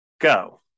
Go